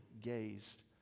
gazed